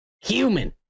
human